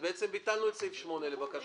אז בעצם ביטלנו את סעיף (8) לבקשתכם.